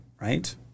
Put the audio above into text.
right